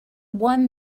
won